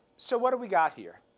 so what do we got here?